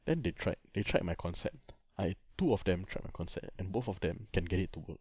then they tried they tried my concept I two of them tried my concept and both of them can get it to work